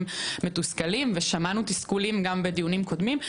מתוסכלים ושמענו תסכולים גם בדיונים קודמים.